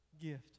gift